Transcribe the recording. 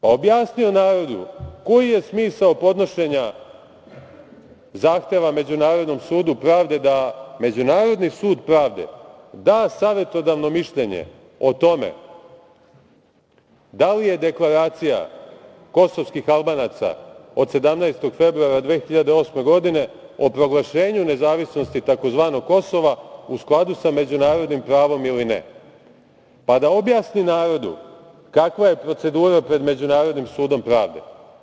Pa, objasnio narodu koji je smisao podnošenja zahteva Međunarodnom sudu pravde, da Međunarodni sud pravde da savetodavno mišljenje o tome da li je deklaracija kosovskih Albanaca od 17. februara 2008. godine o proglašenju nezavisnosti tzv. Kosova u skladu sa međunarodnim pravom ili ne, pa da objasni narodu kakva je procedura pred Međunarodnim sudom pravde.